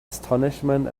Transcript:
astonishment